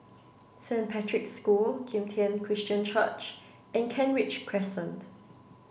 Saint Patrick's School Kim Tian Christian Church and Kent Ridge Crescent